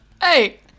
Hey